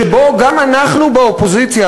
שבו גם אנחנו באופוזיציה,